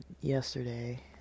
yesterday